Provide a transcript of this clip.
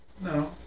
No